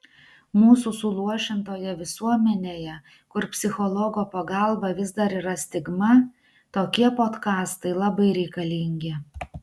mūsų suluošintoje visuomenėje kur psichologo pagalba vis dar yra stigma tokie podkastai labai reikalingi